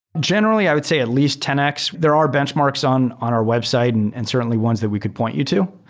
generally i would say at least ten x. there are benchmarks on on our website and and certainly ones that we could point you to.